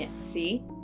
See